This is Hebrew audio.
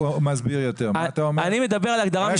אני מדבר על הגדרה משפטית.